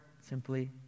simply